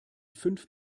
fünf